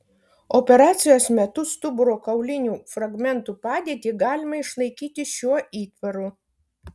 operacijos metu stuburo kaulinių fragmentų padėtį galima išlaikyti šiuo įtvaru